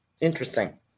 Interesting